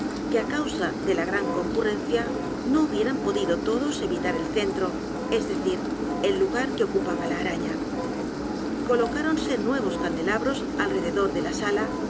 que á causa de la g r a n concurrencia n o hubieran podido todos evitar el centro es decir el lugar que ocupaba la a r a ñ a colocáronse nuevos candelabros alrededor de la sala